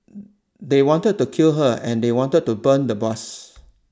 they wanted to kill her and they wanted to burn the bus